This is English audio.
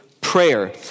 prayer